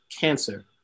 cancer